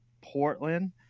Portland